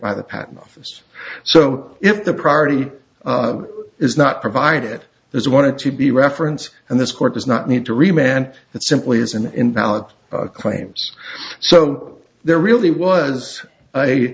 by the patent office so if the property is not provided there is wanted to be reference and this court does not need to re man it simply is an invalid claims so there really was